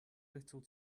little